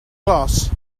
glass